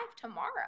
tomorrow